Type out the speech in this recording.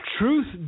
Truth